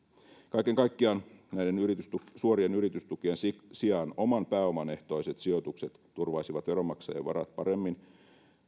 kaiken kaikkiaan näiden suorien yritystukien sijaan oman pääoman ehtoiset sijoitukset turvaisivat veronmaksajien varat paremmin